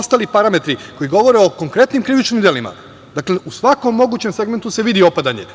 ostali parametri koji govore o konkretnim krivičnim delima, dakle, u svakom mogućem segmentu se vidi opadanje,